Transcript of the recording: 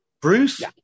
Bruce